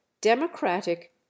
democratic